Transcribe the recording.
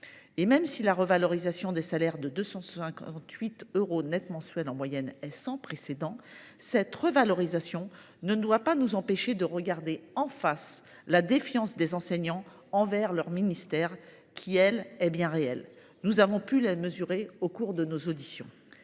Même si la revalorisation des salaires, de 258 euros net par mois en moyenne, est sans précédent, elle ne doit pas nous empêcher de regarder en face la défiance des enseignants envers leur ministère, qui est bien réelle ; nous avons pu la mesurer lors de nos auditions.